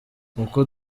uko